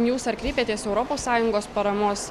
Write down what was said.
jūs ar kreipėtės europos sąjungos paramos